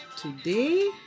Today